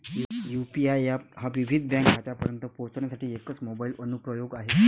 UPI app हा विविध bank खात्यांपर्यंत पोहोचण्यासाठी एकच मोबाइल अनुप्रयोग आहे